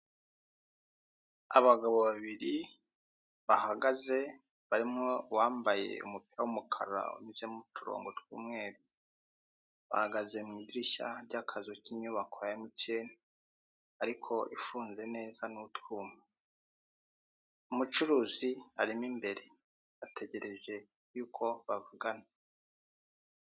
Abagabo babiri, bahagaze, barimo uwambaye umupira w'umukara, unyuzemo uturongo tw'umweru, bahagaze mu idirishya ry'akazu, ry'inyubako ya emutiyene, ariko ifunze neza n'utwuma. Umucuruzi ari mo imbere. Ategereje yuko bavugana.